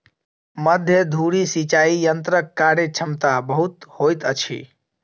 मध्य धुरी सिचाई यंत्रक कार्यक्षमता बहुत होइत अछि